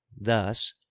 Thus